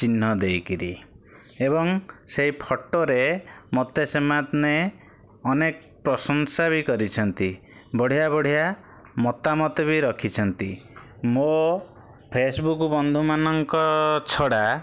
ଚିହ୍ନ ଦେଇକରି ଏବଂ ସେଇ ଫଟୋରେ ମୋତେ ସେମାନେ ଅନେକ ପ୍ରଶଂସା ବି କରିଛନ୍ତି ବଢ଼ିଆ ବଢ଼ିଆ ମତାମତ ବି ରଖିଛନ୍ତି ମୋ ଫେସବୁକ ବନ୍ଧୁମାନଙ୍କ ଛଡ଼ା